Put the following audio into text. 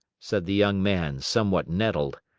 said the young man, somewhat nettled.